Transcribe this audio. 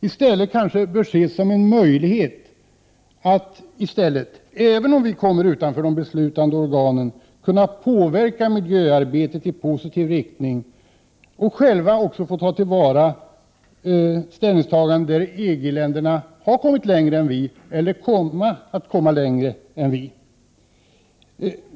I stället bör väl detta ses som en möjlighet — även om vi hamnar utanför de beslutande organen — när det gäller att kunna påverka miljöarbetet i en positiv riktning och att få ta del av de ställningstaganden som EG-länderna har gjort på områden där dessa har gått längre än vi, eller kommer att göra det.